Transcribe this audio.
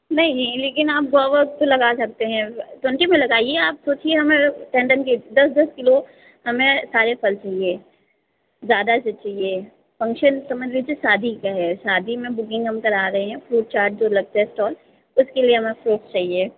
नहीं लेकिन आप ग्वाअप तो लगा सकते हैं ट्वंटी में लगाइए आप सोचिए हमे टेन टेन के दस दस किलो हमें सारे फल चाहिए ज्यादा से चाहिए फंकसन समझ लीजिए शादी का है शादी में बुकिंग हम करा रहे है फ्रूट चाट जो लगता है स्टाल उस के लिए हमे फ्रूट चाहिए